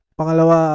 pangalawa